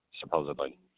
supposedly